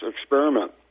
experiment